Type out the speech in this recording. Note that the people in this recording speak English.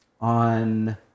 on